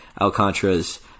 Alcantara's